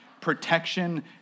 protection